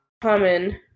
common